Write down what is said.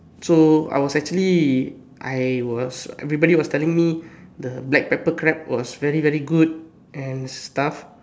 so I was actually I was everybody was telling me the black pepper crab was very very good and stuff